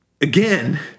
again